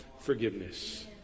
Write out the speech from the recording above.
forgiveness